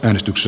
äänestys